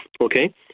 Okay